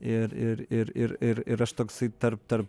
ir ir ir ir ir aš toksai tarp tarp